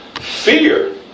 fear